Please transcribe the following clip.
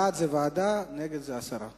בעד זה ועדה, נגד זה הסרה מסדר-היום.